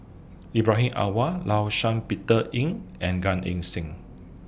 Ibrahim Awang law Peter Eng and Gan Eng Seng